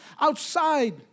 outside